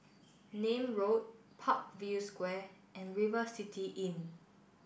Nim Road Parkview Square and River City Inn